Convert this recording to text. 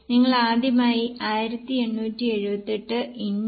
നിങ്ങൾ ആദ്യമായി 1878 x 1